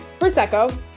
Prosecco